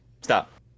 Stop